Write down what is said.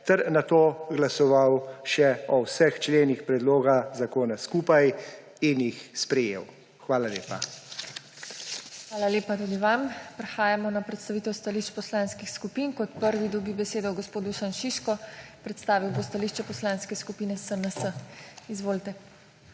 je nato glasoval še o vseh členih predloga zakona skupaj in jih sprejel. Hvala lepa. PODPREDSEDNICA TINA HEFERLE: Hvala lepa tudi vam. Prehajamo na predstavitev stališč Poslanskih skupin. Kot prvi dobi besedo gospod Dušan Šiško. Predstavil bo stališče Poslanske skupine SNS. Izvolite.